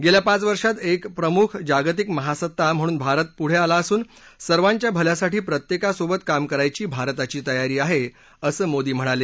गेल्या पाच वर्षात एक प्रमुख जागतिक महासत्ता म्हणून भारत पुढं आला असून सर्वांच्या भल्यासाठी प्रत्येकासोबत काम करायची भारताची तयारी आहे असं मोदी म्हणाले